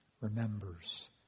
remembers